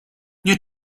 nie